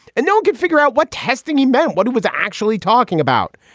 and no one could figure out what testing he meant, what he was actually talking about,